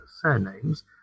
surnames